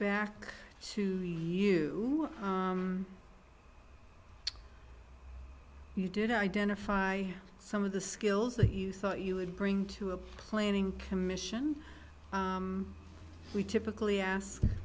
back to you you did identify some of the skills that you thought you would bring to a planning commission we typically ask